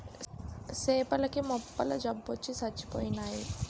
సేపల కి మొప్పల జబ్బొచ్చి సచ్చిపోయినాయి